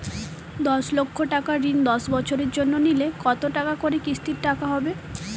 দশ লক্ষ টাকার ঋণ দশ বছরের জন্য নিলে কতো টাকা করে কিস্তির টাকা হবে?